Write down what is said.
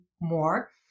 more